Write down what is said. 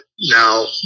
Now